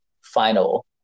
final